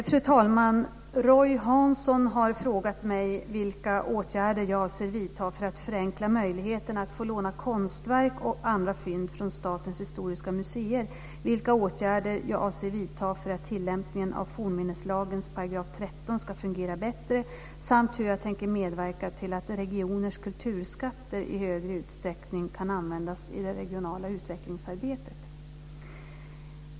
Fru talman! Roy Hansson har frågat mig vilka åtgärder jag avser vidta för att förenkla möjligheterna att få låna konstverk och andra fynd från Statens historiska museer, vilka åtgärder jag avser vidta för att tillämpningen av fornminneslagens § 13 ska fungera bättre samt hur jag tänker medverka till att regioners kulturskatter i större utsträckning kan användas i det regionala utvecklingsarbetet.